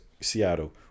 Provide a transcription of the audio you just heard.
Seattle